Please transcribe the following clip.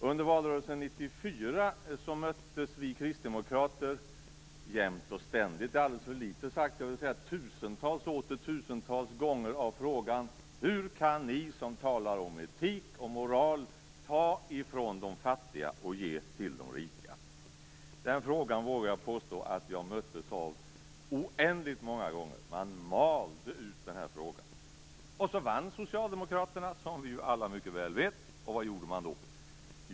Under valrörelsen 1994 möttes vi kristdemokrater - det räcker inte att säga jämt och ständigt - tusentals och åter tusentals gånger av frågan: Hur kan ni som talar om etik och moral ta från de fattiga och ge till de rika? Jag vågar påstå att jag möttes av den frågan oändligt många gånger. Man malde den här frågan. Och så vann socialdemokraterna valet, som vi alla mycket väl vet. Vad gjorde de då?